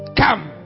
come